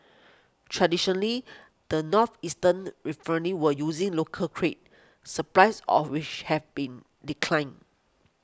traditionally the northeastern were using local cray supplies of which have been declined